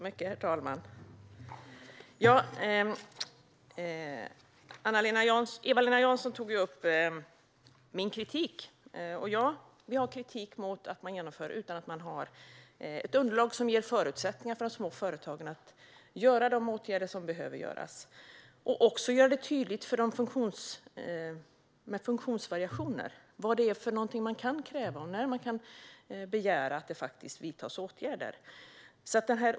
Herr talman! Eva-Lena Jansson tog upp min kritik. Ja, vi har kritik mot att man genomför ändringen utan att ha ett underlag som ger förutsättningar för de små företagen att vidta de åtgärder som behöver vidtas och även gör det tydligt för människor med funktionsvariationer vad man kan kräva och när man kan begära att det vidtas åtgärder.